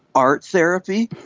art therapy?